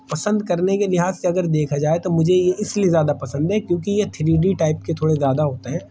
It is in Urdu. پسند کرنے کے لحاظ سے اگر دیکھا جائے تو مجھے یہ اس لیے زیادہ پسند ہے کیوںکہ یہ تھری ڈی ٹائپ کے تھوڑے زیادہ ہوتے ہیں